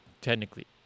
technically